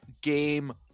game